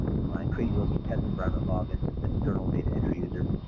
my crazy looking test environment login, this external data entry user.